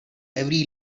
every